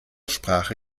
sprache